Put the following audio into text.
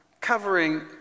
covering